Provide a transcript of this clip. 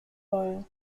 bolle